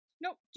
Nope